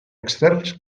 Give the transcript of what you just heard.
externs